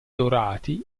dorati